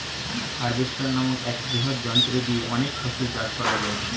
harvester নামক এক বৃহৎ যন্ত্র দিয়ে অনেক ফসল চাষ করা যায়